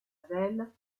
vesle